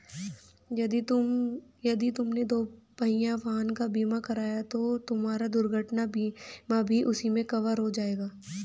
यदि तुमने दुपहिया वाहन का बीमा कराया है तो तुम्हारा दुर्घटना बीमा भी उसी में कवर हो जाएगा